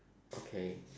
okay